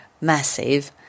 massive